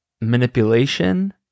manipulation